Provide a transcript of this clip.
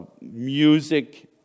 music